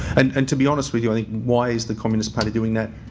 and and to be honest with you i think why is the communist party doing that?